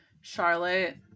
Charlotte